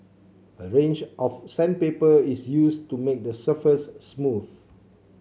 a range of sandpaper is used to make the surface smooth